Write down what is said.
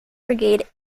brigade